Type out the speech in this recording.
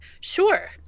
Sure